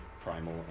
primal